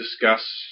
discuss